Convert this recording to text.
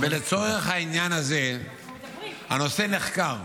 לצורך העניין הזה הנושא נחקר.